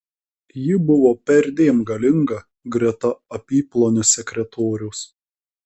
ji buvo perdėm galinga greta apyplonio sekretoriaus